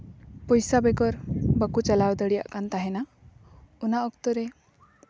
ᱯᱚᱭᱥᱟ ᱵᱮᱜᱚᱨ ᱵᱟᱠᱚ ᱪᱟᱞᱟᱣ ᱫᱟᱲᱮᱭᱟᱜ ᱠᱟᱱ ᱛᱟᱦᱮᱱᱟ ᱚᱱᱟ ᱚᱠᱛᱚ ᱨᱮ